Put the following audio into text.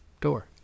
door